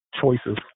choices